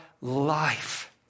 life